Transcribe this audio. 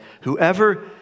Whoever